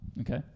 okay